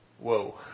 whoa